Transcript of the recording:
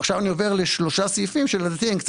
אני עובר לשלושה סעיפים שלדעתי הם קצת